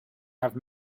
have